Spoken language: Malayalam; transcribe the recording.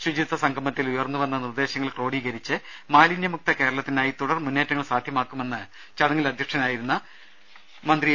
ശുചിത്വ സംഗമത്തിൽ ഉയർന്നുവന്ന നിർദേശങ്ങൾ ക്രോഡീകരിച്ച് മാലി നൃമുക്ത കേരളത്തിനായി തുടർ മുന്നേറ്റങ്ങൾ സാധ്യമാക്കുമെന്ന് ചടങ്ങിൽ അധ്യക്ഷനായിരുന്ന മന്ത്രി എ